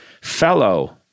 fellow